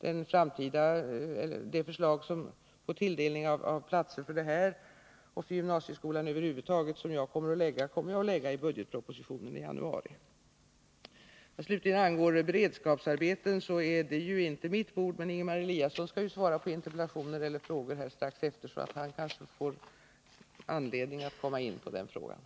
Det förslag om tilldelning av platser för detta ändamål och för gymnasieskolan över huvud taget som jag skall lägga fram kommer i budgetpropositionen i januari. Vad slutligen angår beredskapsarbeten, så är det inte mitt bord. Men Ingemar Eliasson skall ju svara på interpellationer strax, och han kanske får anledning att komma in på den frågan.